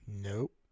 Nope